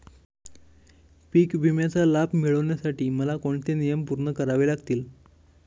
पीक विम्याचा लाभ मिळण्यासाठी मला कोणते नियम पूर्ण करावे लागतील?